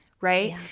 right